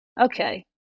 okay